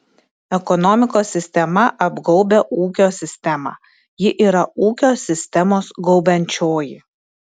ekonomikos sistema apgaubia ūkio sistemą ji yra ūkio sistemos gaubiančioji